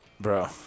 Bro